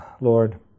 Lord